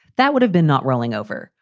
that would have been not rolling over.